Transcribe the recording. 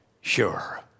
sure